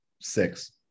Six